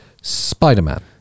spider-man